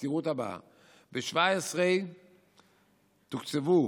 ב-2017 תוקצבו